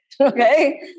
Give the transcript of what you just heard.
okay